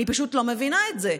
אני פשוט לא מבינה את זה.